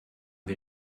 wir